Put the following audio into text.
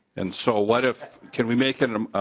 and so what if can we make and um a